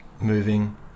moving